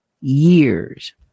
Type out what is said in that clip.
years